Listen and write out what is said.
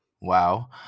Wow